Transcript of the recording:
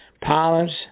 pilots